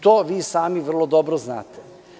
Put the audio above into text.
To vi sami vrlo dobro znate.